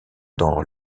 dans